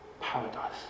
paradise